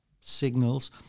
signals